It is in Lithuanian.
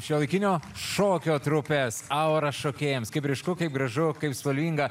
šiuolaikinio šokio trupės aura šokėjams kaip ryšku kaip gražu kaip spalvinga